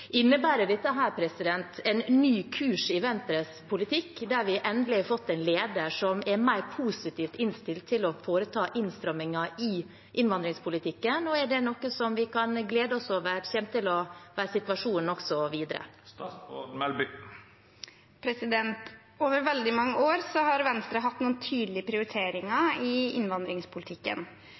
en ny kurs i Venstres politikk, der vi endelig har fått en leder som er mer positivt innstilt til å foreta innstramminger i innvandringspolitikken? Og er det noe vi kan glede oss over kommer til å være situasjonen også videre? Over veldig mange år har Venstre hatt noen tydelige prioriteringer i innvandringspolitikken,